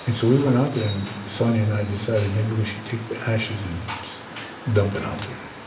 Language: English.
and so we went out there, and sonja and i decided maybe we should take the ashes and just dump it out there.